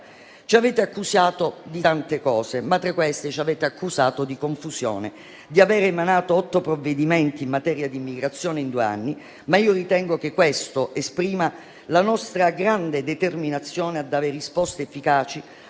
Ci avete accusato di tante cose, tra cui di confusione e di avere emanato 8 provvedimenti in materia di immigrazione in due anni, ma ritengo che questo esprima la nostra grande determinazione a dare risposte efficaci